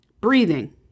Breathing